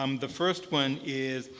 um the first one is,